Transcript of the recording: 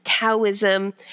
Taoism